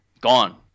Gone